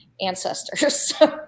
ancestors